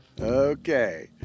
Okay